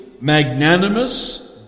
magnanimous